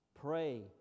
Pray